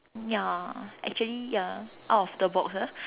ya actually ya out of the box ah